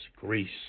Greece